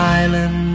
island